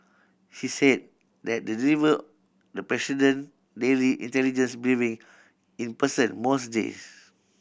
he's said that the deliver the president daily intelligence briefing in person most days